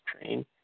train